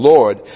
Lord